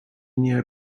nie